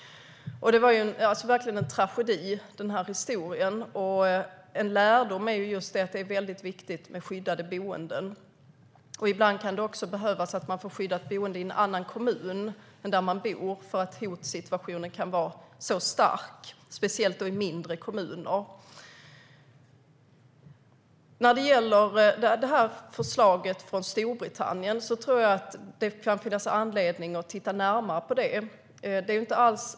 Den historien är verkligen en tragedi, och en lärdom är just att det är väldigt viktigt med skyddade boenden. Ibland kan man behöva få skyddat boende i en annan kommun än där man bor eftersom hotsituationen är så stark. Det gäller speciellt mindre kommuner. Det kan finnas anledning att titta närmare på den modell man har i Storbritannien.